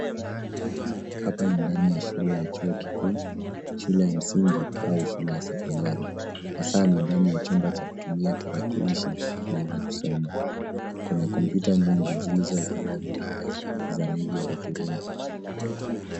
Hapa ni ndani ya shule ya chuo kikuu, shule ya msingi au shule ya sekondari, hasa ni ndani ya chumba cha kutumia tarakilishi kwa kuweza kusoma. Kuna kompyuta nyingi zilizowekelewa juu ya meza za rangi ya hudhurungi.